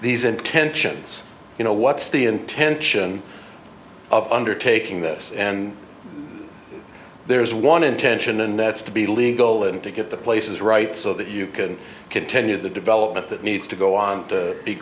these intentions you know what's the intention of undertaking this and there is one intention and that's to be legal and to get the places right so that you can continue the development that needs to go on t